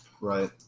Right